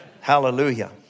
Hallelujah